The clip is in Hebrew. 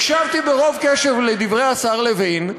הקשבתי ברוב קשב לדברי השר לוין,